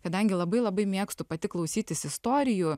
kadangi labai labai mėgstu pati klausytis istorijų